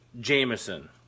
Jameson